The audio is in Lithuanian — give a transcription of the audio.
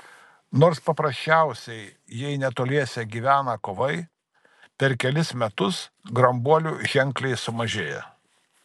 nors paprasčiausiai jei netoliese gyvena kovai per kelis metus grambuolių ženkliai sumažėja